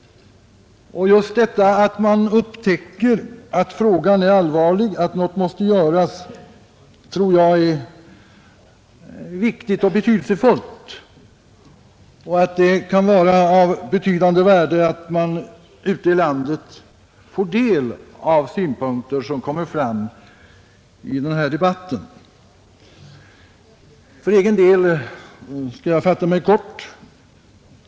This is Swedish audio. Just detta att man upptäcker att frågan är allvarlig, att något måste göras, tror jag är viktigt och betydelsefullt. Det kan vara av betydande värde att man ute i landet får del av synpunkter som kommer fram i denna debatt. För egen del skall jag fatta mig kort.